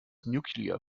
nuclear